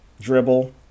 Dribble